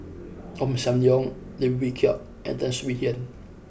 Ong Sam Leong Lim Wee Kiak and Tan Swie Hian